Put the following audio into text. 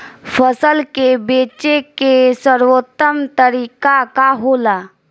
फसल के बेचे के सर्वोत्तम तरीका का होला?